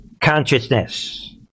consciousness